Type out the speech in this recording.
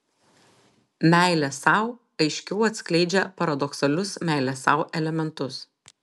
meilė sau aiškiau atskleidžia paradoksalius meilės sau elementus